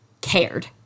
cared